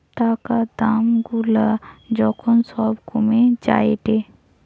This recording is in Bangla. টাকা দাম গুলা যখন সব কমে যায়েটে